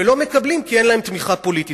ולא מקבלים כי אין להם תמיכה פוליטית.